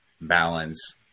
balance